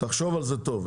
תחשוב על זה טוב,